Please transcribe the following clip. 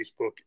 Facebook